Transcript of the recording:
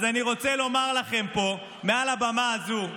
אז אני רוצה לומר לכם פה מעל הבמה הזו: